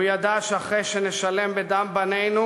הוא ידע שאחרי שנשלם בדם בנינו,